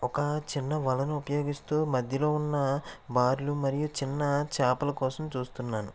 ఒక చిన్న వలను ఉపయోగిస్తూ మధ్యలో ఉన్న బార్లు మరియు ఒక చిన్న చేపల కోసం చూస్తున్నాను